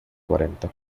cuarenta